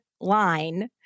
line